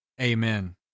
Amen